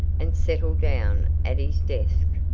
and settled down at his desk,